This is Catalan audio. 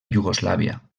iugoslàvia